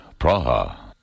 Praha